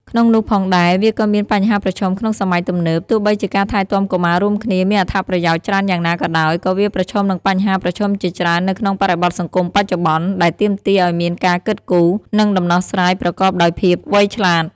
ក្នុងនោះផងដែរ វាក៏មានបញ្ហាប្រឈមក្នុងសម័យទំនើប ទោះបីជាការថែទាំកុមាររួមគ្នាមានអត្ថប្រយោជន៍ច្រើនយ៉ាងណាក៏ដោយ ក៏វាប្រឈមនឹងបញ្ហាប្រឈមជាច្រើននៅក្នុងបរិបទសង្គមបច្ចុប្បន្ន ដែលទាមទារឱ្យមានការគិតគូរ និងដំណោះស្រាយប្រកបដោយភាពវៃឆ្លាត។